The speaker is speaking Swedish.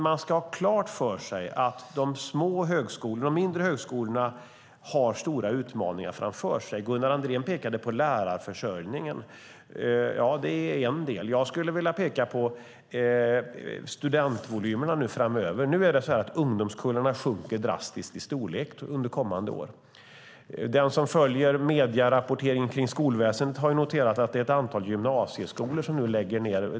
Man ska ha klart för sig att de mindre högskolorna har stora utmaningar framför sig. Gunnar Andrén pekade på lärarförsörjningen. Det är en del. Jag skulle vilja peka på studentvolymerna framöver. Ungdomskullarna sjunker drastiskt i storlek under kommande år. Den som följer medierapporteringen om skolväsendet har noterat att ett antal gymnasieskolor läggs ned nu.